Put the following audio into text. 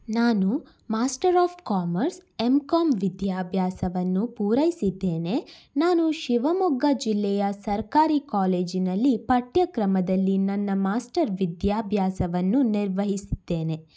ನಾನು master of commerce M com ವಿದ್ಯಾಭ್ಯಾಸವನ್ನು ಪೂರೈಸಿದ್ದೇನೆ ನಾನು ಶಿವಮೊಗ್ಗ ಜಿಲ್ಲೆಯ ಸರ್ಕಾರಿ ಕಾಲೇಜಿನಲ್ಲಿ ಪಠ್ಯಕ್ರಮದಲ್ಲಿ ನನ್ನ ಮಾಸ್ಟರ್ ವಿದ್ಯಾಭ್ಯಾಸವನ್ನು ನಿರ್ವಹಿಸಿದ್ದೇನೆ